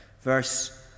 Verse